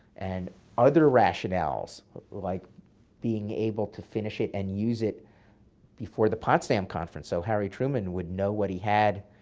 and other rationales like being able to finish it and use it before the potsdam conference, so harry truman would know what he had